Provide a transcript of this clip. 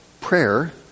prayer